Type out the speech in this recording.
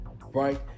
Right